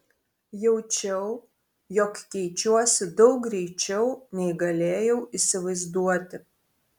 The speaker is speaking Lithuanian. jaučiau jog keičiuosi daug greičiau nei galėjau įsivaizduoti